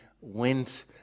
went